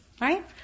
Right